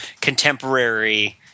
contemporary